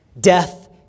Death